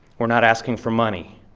we're not asking for money.